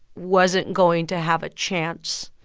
wasn't going to have a chance